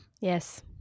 Yes